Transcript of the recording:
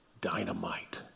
Dynamite